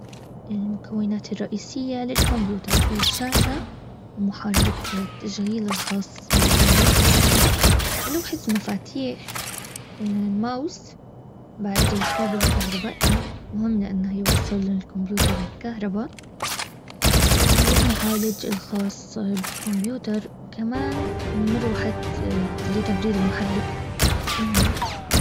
المكونات الرئيسية للكمبيوتر هي الشاشة. ومحرك التشغيل الخاص والكمبيوتر. ولوحة مفاتيح الماوس بعد الكابل الكهربائي. مهم لانه هيوصل لنا الكمبيوتر بالكهرباء. والمعالج الخاص بالكومبيوتر وكمان مروحة لتبريد المحرك مهمة